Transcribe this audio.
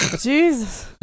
Jesus